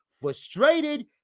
frustrated